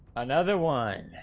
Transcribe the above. another one